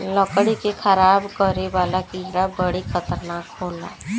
लकड़ी के खराब करे वाला कीड़ा बड़ी खतरनाक होला